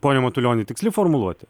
pone matulioni tiksli formuluotė